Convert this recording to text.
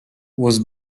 was